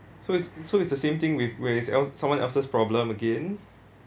so it's so it's the same thing with where else someone else's problem again